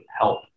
help